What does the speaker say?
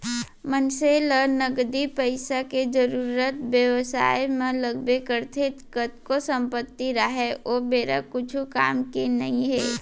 मनसे ल नगदी पइसा के जरुरत बेवसाय म लगबे करथे कतको संपत्ति राहय ओ बेरा कुछु काम के नइ हे